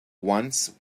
once